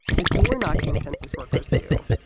the door knocking census workers do.